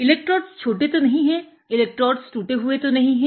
electrodes छोटे तो नही है इलेक्ट्रोड्स टूटे हुए तो नही है